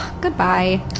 Goodbye